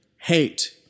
Hate